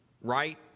right